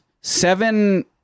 seven